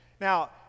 Now